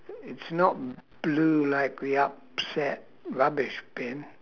it's not blue like the upset rubbish bin